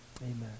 amen